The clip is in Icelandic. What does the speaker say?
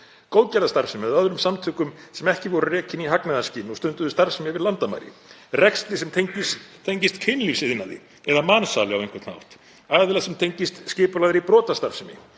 góðgerðarstarfsemi eða öðrum samtökum sem ekki voru rekin í hagnaðarskyni og stunduðu starfsemi yfir landamæri, rekstri sem tengist kynlífsiðnaði eða mansali á einhvern hátt, aðila sem tengist skipulagðri brotastarfsemi?